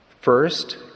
First